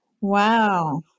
Wow